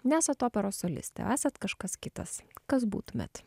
nesat operos solistė o esat kažkas kitas kas būtumėt